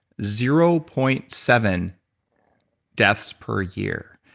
zero point seven deaths per year.